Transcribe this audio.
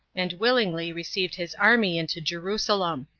and willingly received his army into jerusalem.